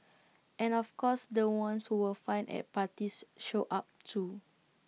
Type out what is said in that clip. and of course the ones who were fun at parties showed up too